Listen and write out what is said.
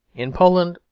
in poland,